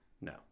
No